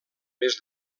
més